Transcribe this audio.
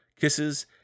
kisses